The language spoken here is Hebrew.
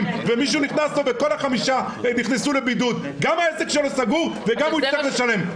וכל החמישה נכנסו לבידוד גם העסק שלו סגור וגם הוא יצטרך לשלם,